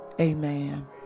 amen